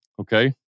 Okay